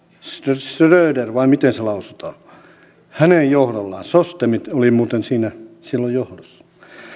schröderin vai miten se lausutaan johdolla sos demit oli muuten siinä silloin johdossa